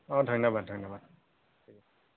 অঁ ধন্যবাদ ধন্যবাদ